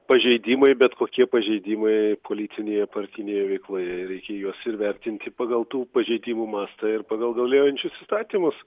pažeidimai bet kokie pažeidimai koalicinėje partinėje veikloje reikia juos įvertinti pagal tų pažeidimų mastą ir pagal galiojančius įstatymus